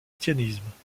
christianisme